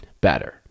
better